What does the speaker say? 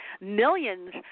millions